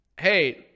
hey